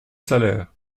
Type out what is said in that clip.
salaires